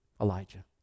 Elijah